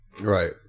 right